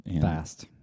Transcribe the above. fast